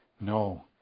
No